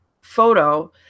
photo